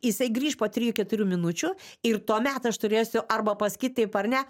jisai grįš po trijų keturių minučių ir tuomet aš turėsiu arba paskyti taip ar ne